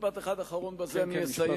משפט אחד אחרון ובזה אני אסיים.